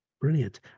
Brilliant